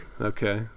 okay